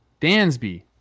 Dansby